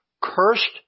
Cursed